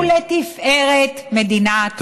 ולתפארת מדינת ישראל.